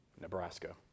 Nebraska